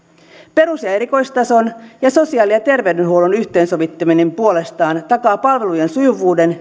perus ja ja erikoistason ja sosiaali ja terveydenhuollon yhteensovittaminen puolestaan takaa sekä palvelujen sujuvuuden